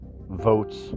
votes